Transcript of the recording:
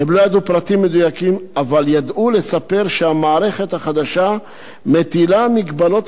אבל ידעו לספר שהמערכת החדשה מטילה מגבלות חמורות ביותר על האסירים.